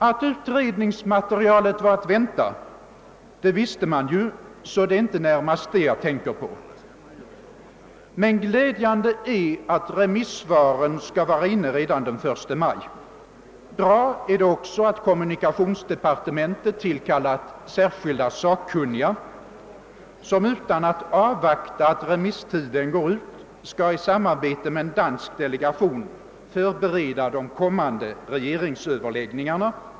Att utredningsmaterialet var att vänta visste vi ju, det är inte detta jag närmast tänker på. Det är glädjande att remissvaren skall vara inne redan den 1 maj. Det är också bra att kommunikationsdepartementet tillkallat sakkunniga som utan att avvakta remisstidens utgång i samarbete med en dansk delegation skall förbereda de blivande regeringsöverläggningarna.